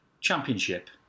Championship